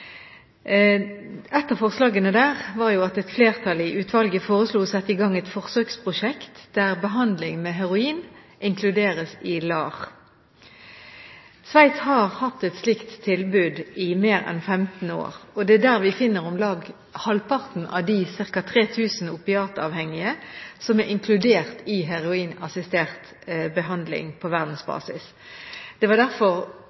Et flertall i utvalget foreslo å sette i gang et forsøksprosjekt der behandling med heroin inkluderes i LAR – legemiddelassistert rehabilitering. Sveits har hatt et slikt tilbud i mer enn 15 år, og det er der vi finner om lag halvparten av de ca. 3 000 opiatavhengige som er inkludert i heroinassistert behandling på verdensbasis. Det var derfor